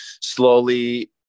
slowly